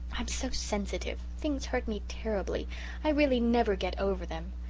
i'm so sensitive things hurt me terribly i really never get over them.